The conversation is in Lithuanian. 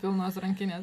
pilnos rankinės